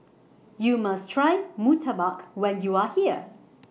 YOU must Try Murtabak when YOU Are here